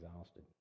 exhausted